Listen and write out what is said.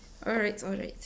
alright alright